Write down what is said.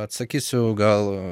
atsakysiu gal